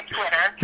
Twitter